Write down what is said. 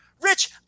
Rich